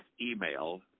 email